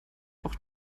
auch